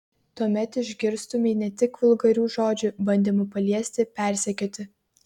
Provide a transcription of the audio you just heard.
tuomet išgirstumei ne tik vulgarių žodžių bandymų paliesti persekioti